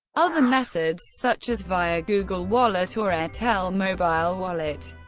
other methods such as via google wallet or airtel mobile wallet.